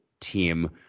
team